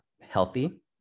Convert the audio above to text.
healthy